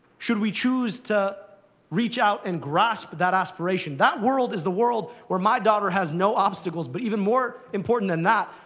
should we choose to reach out and grasp that aspiration, that world is the world where my daughter has no obstacles, but even more important than that,